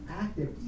active